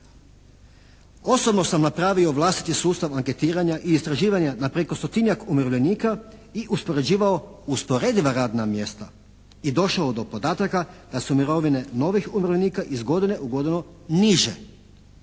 Osobno sam napravio vlastiti sustav anketiranja i istraživanja na preko stotinjak umirovljenika i uspoređivao usporediva radna mjesta i došao do podataka da su mirovine novih umirovljenika iz godine u godinu niže